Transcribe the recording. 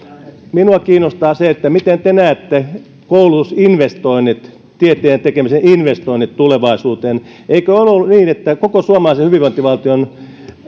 minua kiinnostaa se miten te näette koulutusinvestoinnit tieteen tekemisen investoinnit tulevaisuuteen eikö ole niin että koko suomalaisen hyvinvointivaltion rakentamisen